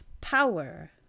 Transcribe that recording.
power